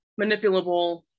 manipulable